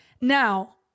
Now